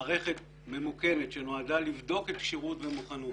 מערכת ממוכנת שנועדה לבדוק כשירות ומוכנות,